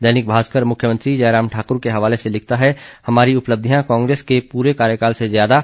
दैनिक भास्कर मुख्यमंत्री जयराम ठाकुर के हवाले से लिखता है हमारी उपलब्धियां कांग्रेस के पूरे कार्यकाल से ज्यादा